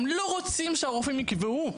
הם לא רוצים שהרופאים יקבעו,